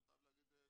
אני חייב להגיד,